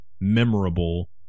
memorable